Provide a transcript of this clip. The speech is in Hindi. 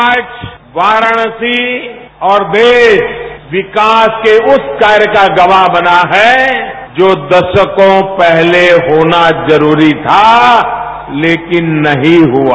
आज वाराणसी और देश विकास के उस कार्य का गवाह बना है जो दशको पहले होना जरूरी था लेकिन नहीं हुआ